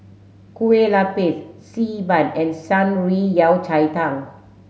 Kueh Lupis Xi Ban and Shan Rui Yao Cai Tang